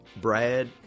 Brad